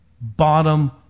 Bottom